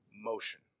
motion